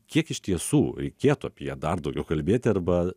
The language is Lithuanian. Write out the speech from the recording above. kiek iš tiesų reikėtų apie ją dar daugiau kalbėti arba